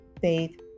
Faith